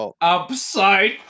upside